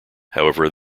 however